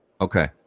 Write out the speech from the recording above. Okay